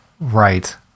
right